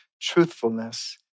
truthfulness